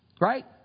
Right